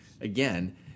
again